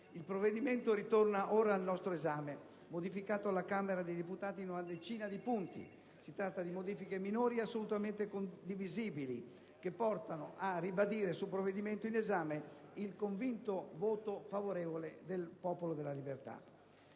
Il provvedimento ritorna ora al nostro esame modificato alla Camera dei deputati in una decina di punti. Si tratta di modifiche minori e assolutamente condivisibili, che portano a ribadire sul provvedimento in esame il convinto voto favorevole del Popolo della Libertà.